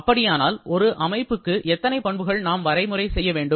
அப்படியானால் ஒரு அமைப்புக்கு எத்தனை பண்புகள் நாம் வரைமுறை செய்ய வேண்டும்